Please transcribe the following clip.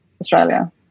Australia